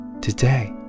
today